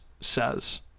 says